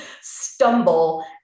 stumble